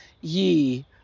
Ye